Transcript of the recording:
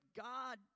God